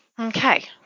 Okay